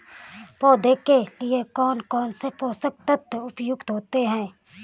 पौधे के लिए कौन कौन से पोषक तत्व उपयुक्त होते हैं?